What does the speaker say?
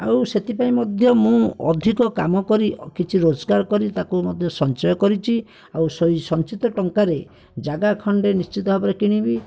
ଆଉ ସେଥିପାଇଁ ମଧ୍ୟ ମୁଁ ଅଧିକ କାମକରି କିଛି ରୋଜଗାର କରି ତାକୁ ମଧ୍ୟ ସଞ୍ଚୟ କରିଛି ଆଉ ସେଇ ସଞ୍ଚିତ ଟଙ୍କାରେ ଜାଗା ଖଣ୍ଡେ ନିଶ୍ଚିନ୍ତ ଭାବରେ କିଣିବି